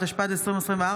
התשפ"ד 2024,